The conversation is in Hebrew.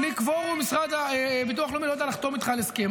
בלי קוורום ביטוח לאומי לא יודע לחתום איתך על הסכם.